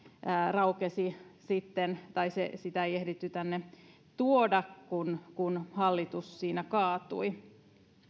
raukesi sitten tai sitä ei ehditty tänne tuoda kun kun hallitus siinä kaatui